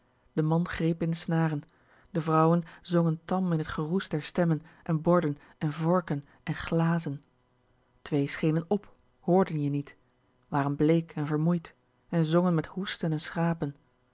de man greep in de snaren de vrouwen zongen tam in t geroes der stemmen en borden en vorken en glazen twee schenen p hoorden je niet waren bleek en vermoeid en zongen met hoesten en schrapen